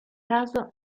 caso